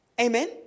Amen